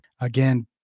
again